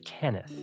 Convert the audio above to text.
Kenneth